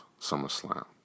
SummerSlam